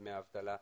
לדמי האבטלה.